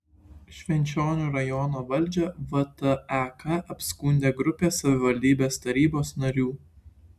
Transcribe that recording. švenčionių rajono valdžią vtek apskundė grupė savivaldybės tarybos narių